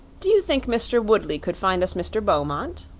do you think mr. woodley could find us mr. beaumont?